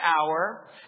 hour